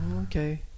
okay